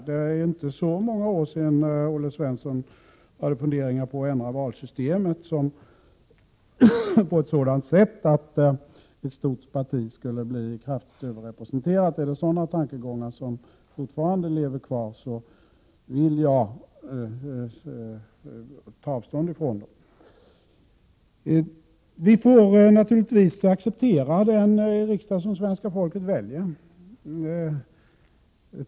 Det är inte så många år sedan som Olle Svensson hade funderingar på att ändra valsystemet på ett sådant sätt att ett stort parti skulle bli kraftigt överrepresenterat. Är det sådana tankegångar som fortfarande lever kvar, tar jag avstånd. Vi får naturligtvis acceptera den riksdag som svenska folket väljer.